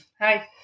Hi